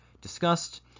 discussed